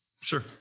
Sure